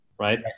right